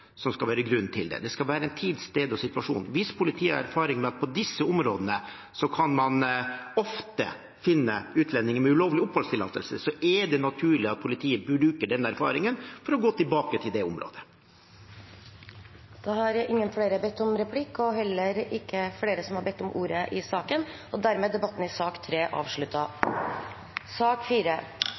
som skal være grunn til det. Det skal være tid, sted og situasjon. Hvis politiet har erfaring med at på disse områdene kan man ofte finne utlendinger med ulovlig oppholdstillatelse, er det naturlig at politiet bruker den erfaringen for å gå tilbake til det området. Replikkordskiftet er dermed omme. Flere har ikke bedt om ordet til sak nr. 3. Det har